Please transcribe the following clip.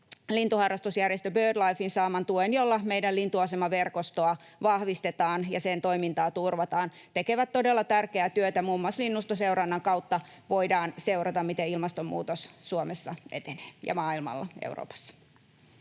lintuharrastusjärjestö BirdLifen saaman tuen, jolla meidän lintuasemaverkostoa vahvistetaan ja sen toimintaa turvataan. Tekevät todella tärkeää työtä: muun muassa linnustoseurannan kautta voidaan seurata, miten ilmastonmuutos etenee Suomessa, maailmalla, Euroopassa.